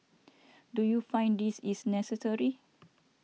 do you find this is necessary